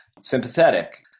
sympathetic